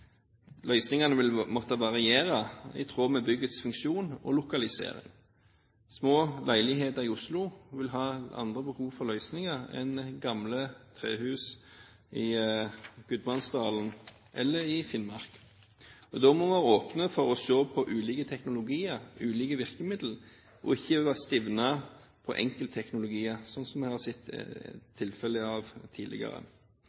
løsningene som fremmes. Løsningene vil måtte variere i tråd med byggets funksjon og lokalisering. Små leiligheter i Oslo vil ha andre behov for løsninger enn gamle trehus i Gudbrandsdalen eller i Finnmark. Da må vi åpne for å se på ulike teknologier, ulike virkemidler, og ikke være stivnet på enkeltteknologier, slik vi har